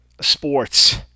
sports